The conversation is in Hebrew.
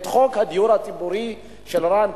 את חוק הדיור הציבורי של רן כהן,